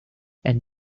and